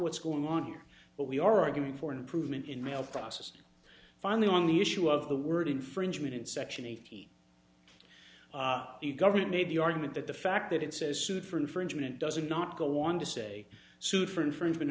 what's going on here but we are arguing for an improvement in mail processing finally on the issue of the word infringement in section eighteen the government may be argument that the fact that it says sued for infringement doesn't not go on to say sued for infringement